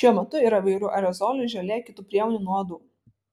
šiuo metu yra įvairių aerozolių želė kitų priemonių nuo uodų